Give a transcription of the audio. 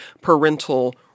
parental